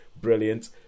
Brilliant